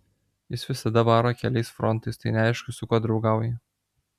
jis visada varo keliais frontais tai neaišku su kuo draugauja